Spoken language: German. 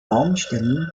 baumstämmen